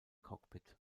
cockpit